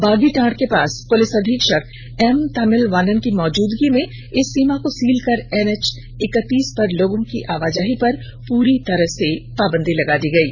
बागीटांड के पास पुलिस अधीक्षक एम तमिल वानन की मौजूदगी में इस सीमा को सील कर एनएच इकतीस पर लोगों की आवाजाही पर पूरी तरह से पाबंदी लगा दी गयी